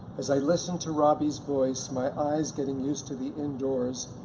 as i listened to robbie's voice, my eyes getting used to the indoors,